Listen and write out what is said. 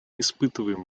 испытываем